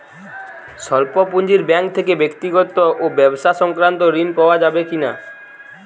স্বল্প পুঁজির ব্যাঙ্ক থেকে ব্যক্তিগত ও ব্যবসা সংক্রান্ত ঋণ পাওয়া যাবে কিনা?